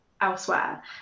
elsewhere